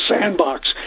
sandbox